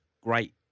great